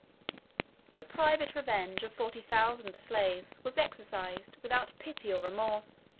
the private revenge of forty thousand slaves was exercised without pity or remorse